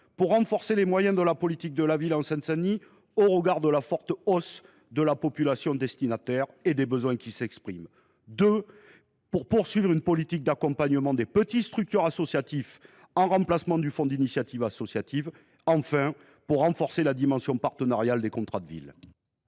pour renforcer les moyens de la politique de la ville en Seine Saint Denis, au regard de la forte hausse de la population destinataire et des besoins qui s’expriment ? Entendez vous poursuivre une véritable politique d’accompagnement des petites structures associatives, en remplacement du fonds d’initiatives associatives ? Enfin, renforcerez vous la dimension partenariale des contrats de ville